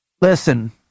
listen